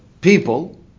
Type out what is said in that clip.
people